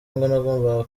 nagombaga